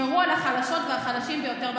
אנשים חלשים ממש בדם שלך.